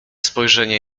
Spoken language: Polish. spojrzenie